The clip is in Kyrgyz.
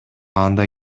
анда